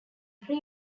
pre